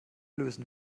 lösen